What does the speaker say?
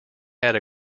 had